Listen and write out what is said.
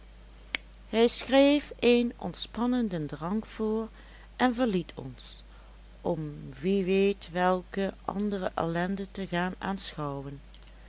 hij schreef een ontspannenden drank voor en verliet ons om wie weet welke andere ellende te gaan aanschouwen